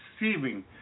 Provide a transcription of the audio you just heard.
receiving